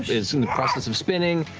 is in the process of spinning.